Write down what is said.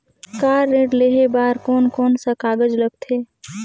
Car ऋण लेहे बार कोन कोन सा कागज़ लगथे?